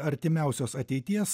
artimiausios ateities